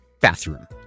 bathroom